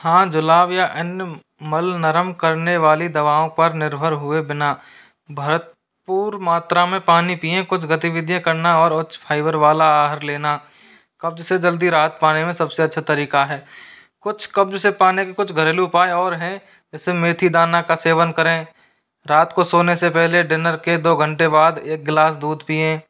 हाँ जुलाब या अन्य मल नरम करने वाली दवाओं पर निर्भर हुए बिना भरपूर मात्रा में पानी पिएँ कुछ गतिविधियाँ करना और उच्च फाइबर वाला आहार लेना कब्ज से जल्दी राहत पाने में सबसे अच्छा तरीका है कुछ कब्ज से पाने के कुछ घरेलू उपाय और हैं जैसे मेथी दाना का सेवन करें रात को सोने से पहले डिनर के दो घंटे बाद एक गिलास दूध पिएँ